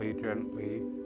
Gently